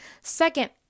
second